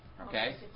Okay